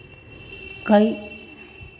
कइल पुलिस चार कालाबाजारिक पकड़े ले गेले